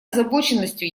озабоченностью